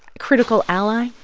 critical ally.